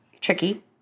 tricky